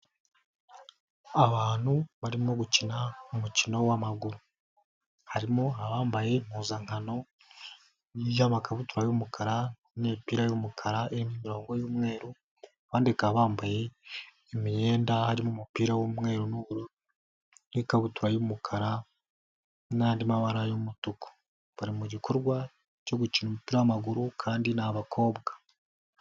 Abantu barimo gukina umukino w'amaguru, harimo abambaye impuzankano y'amakabutura y'umukara n'imipira y'umukara irimo imiongo y'umweru, abandi bakaba bambaye imyenda harimo umupira w'umweru n'ubururu n'ikabutura y'umukara n'andi mabara y'umutuku, bari mu gikorwa cyo gukina umupira w'amaguru kandi ni abakobwa.